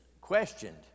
questioned